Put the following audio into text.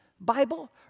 Bible